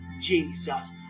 Jesus